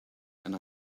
and